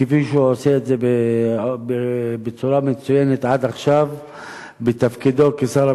כפי שהוא עושה את זה בצורה מצוינת עד עכשיו בתפקידו כשר הביטחון.